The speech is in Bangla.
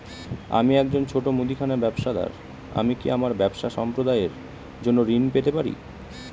আমি একজন ছোট মুদিখানা ব্যবসাদার আমি কি আমার ব্যবসা সম্প্রসারণের জন্য ঋণ পেতে পারি?